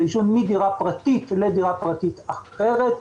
עישון מדירה פרטית לדירה פרטית אחרת,